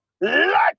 let